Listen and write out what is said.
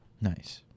Nice